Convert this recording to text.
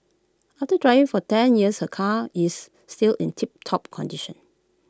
after driving for ten years her car is still in tiptop condition